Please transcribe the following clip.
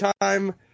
time